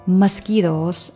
mosquitoes